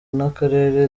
nk’akarere